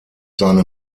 seine